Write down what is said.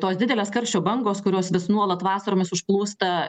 tos didelės karščio bangos kurios vis nuolat vasaromis užplūsta